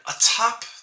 atop